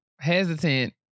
hesitant